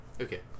Okay